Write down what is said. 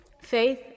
Faith